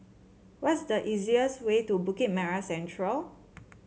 what's the easiest way to Bukit Merah Central